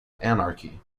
anarchy